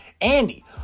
Andy